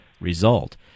result